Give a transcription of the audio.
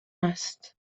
است